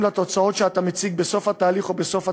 לתוצאות שאתה מציג בסוף התהליך או בסוף תקופה,